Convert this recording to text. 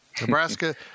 Nebraska